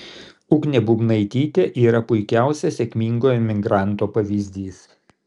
ugnė bubnaitytė yra puikiausias sėkmingo emigranto pavyzdys